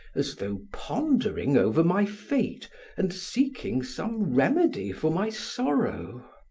as though pondering over my fate and seeking some remedy for my sorrow.